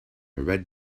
red